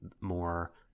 more